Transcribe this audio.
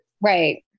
right